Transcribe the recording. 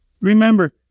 Remember